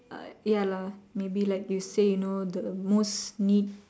uh ya lah maybe like you say you know the most need